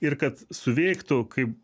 ir kad suveiktų kaip